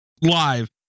Live